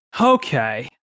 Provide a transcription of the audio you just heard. Okay